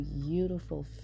beautiful